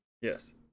Yes